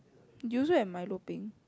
do you also have Milo peng